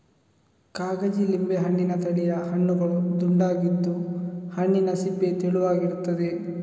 ಕಾಗಜಿ ಲಿಂಬೆ ಹಣ್ಣಿನ ತಳಿಯ ಹಣ್ಣುಗಳು ದುಂಡಗಿದ್ದು, ಹಣ್ಣಿನ ಸಿಪ್ಪೆ ತೆಳುವಾಗಿರ್ತದೆ